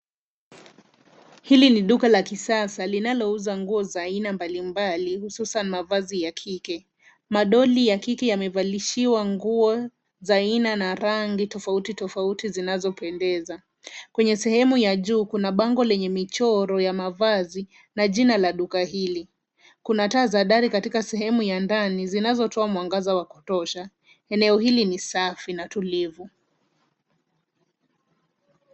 Hili ni duka la kisasa linalouza nguo za aina mbalimbali, hususan mavazi ya kike. Madoli ya kike yamevalishwa nguo za aina na rangi tofauti tofauti zinazopendeza. Kwenye sehemu ya juu kuna bango lenye michoro ya mavazi na jina la duka hili. Kuna taa za dari katika sehemu ya ndani zinazotoa mwangaza wa kutosha. Eneo hili ni safi na tulivu.